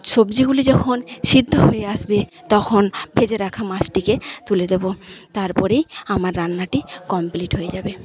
সবজিগুলি যখন সিদ্ধ হয়ে আসবে তখন ভেজে রাখা মাছটিকে তুলে দেব তারপরেই আমার রান্নাটি কমপ্লিট হয়ে যাবে